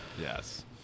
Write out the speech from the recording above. Yes